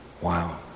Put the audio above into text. Wow